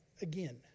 again